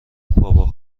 بابا